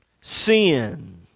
sin